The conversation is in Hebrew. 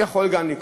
גם זה יכול לקרות,